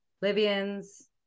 Libyans